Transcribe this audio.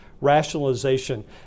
Rationalization